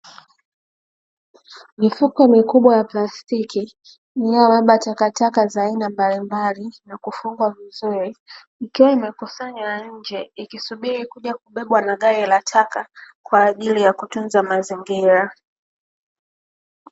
Mifuko mikubwa ya plastiki, inayobeba takataka za aina mbalimbali na kufungwa vizuri, ikiwa imekusanywa nje, ikisubiri kuja kubebwa na gari la taka kwa ajili ya kutunza mazingira.